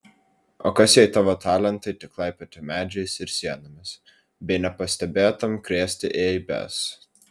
o kas jei tavo talentai tik laipioti medžiais ir sienomis bei nepastebėtam krėsti eibes